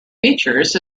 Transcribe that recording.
features